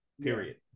period